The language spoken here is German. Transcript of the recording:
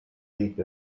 rieb